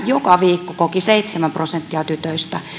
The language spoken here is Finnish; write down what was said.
joka viikko koki seitsemän prosenttia tytöistä